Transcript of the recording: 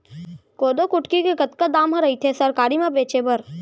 कोदो कुटकी के कतका दाम ह रइथे सरकारी म बेचे बर?